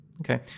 Okay